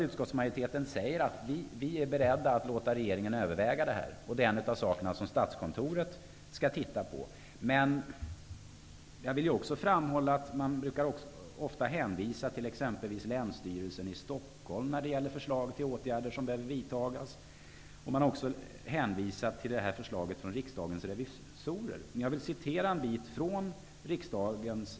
Utskottsmajoriteten säger nu att vi är beredda att låta regeringen överväga det. Det är en av de frågor som Statskontoret skall se på. Jag vill också framhålla att man brukar hänvisa till exempelvis Länsstyrelsen i Stockholm om förslag till åtgärder som behöver vidtas. Man har också hänvisat till Riksdagens revisorers förslag. Jag vill citera en bit från det förslaget.